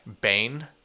Bane